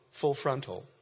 full-frontal